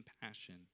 compassion